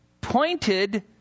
pointed